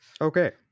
Okay